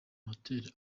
hotel